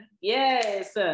Yes